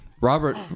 Robert